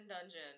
dungeon